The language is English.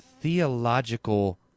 theological